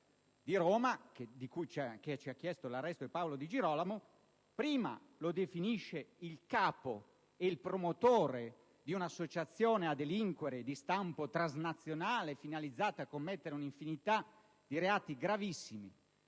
di Roma, che ci ha chiesto il suo arresto, prima lo definisce il capo e il promotore di un'associazione a delinquere di stampo transnazionale finalizzata a commettere un'infinità di reati gravissimi